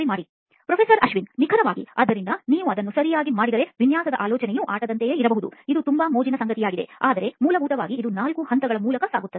ಆಟದಂತೆ ತೋರುತ್ತದೆ ಪ್ರೊಫೆಸರ್ ಅಶ್ವಿನ್ನಿಖರವಾಗಿ ಆದ್ದರಿಂದ ನೀವು ಅದನ್ನು ಸರಿಯಾಗಿ ಮಾಡಿದರೆ ವಿನ್ಯಾಸದ ಆಲೋಚನೆಯು ಆಟದಂತೆಯೇ ಇರಬಹುದು ಇದು ತುಂಬಾ ಮೋಜಿನ ಸಂಗತಿಯಾಗಿದೆ ಆದರೆ ಮೂಲಭೂತವಾಗಿ ಇದು 4 ಹಂತಗಳ ಮೂಲಕ ಸಾಗುತ್ತದೆ